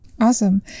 Awesome